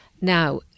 Now